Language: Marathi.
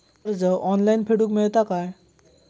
कर्ज ऑनलाइन फेडूक मेलता काय?